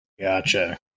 Gotcha